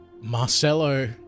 Marcelo